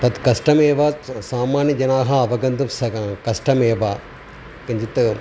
तत् कष्टमेव स सामान्यजनाः अवगन्तुं स कष्टमेव किञ्चित्